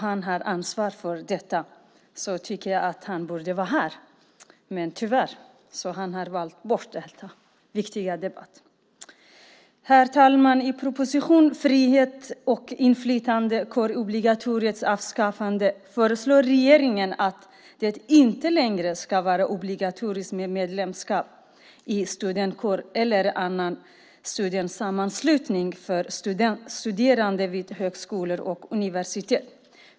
Han har ansvar för detta så jag tycker att han borde vara här, men tyvärr har han valt bort denna viktiga debatt. Herr talman! I propositionen Frihet och inflytande - kårobligatoriets avskaffande föreslår regeringen att det inte längre ska vara obligatoriskt med medlemskap i en studentkår eller annan studentsammanslutning för studerande vid högskolor och universitet.